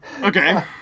Okay